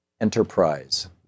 enterprise